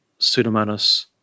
Pseudomonas